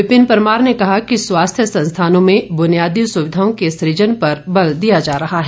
विपिन परमार ने कहा कि स्वास्थ्य संस्थानों में बुनियादी सुविधाओं के सुजन पर बल दिया जा रहा है